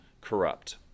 corrupt